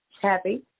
happy